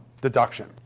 deduction